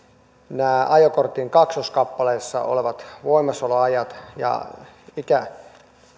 ajokortin kaksoiskappaleissa olevat voimassaoloajat ja